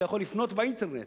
אתה יכול לפנות באינטרנט,